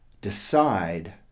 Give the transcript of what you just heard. decide